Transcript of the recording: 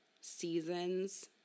seasons